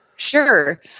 Sure